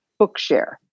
Bookshare